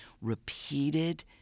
repeated